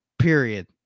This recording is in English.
Period